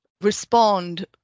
respond